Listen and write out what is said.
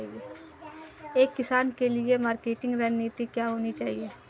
एक किसान के लिए मार्केटिंग रणनीति क्या होनी चाहिए?